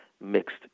mixed